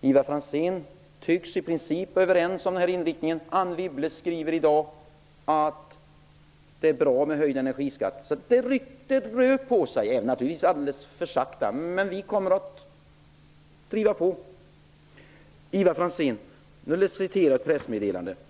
Ivar Franzén tycks i pricip vara överens om denna inriktning. Anne Wibble skriver i dag att det är bra med höjd energiskatt. Det rör alltså på sig, även om det naturligtvis går alldeles för sakta. Men vi kommer att driva på. Nu skall jag, Ivar Franzén, läsa upp ett pressmeddelande.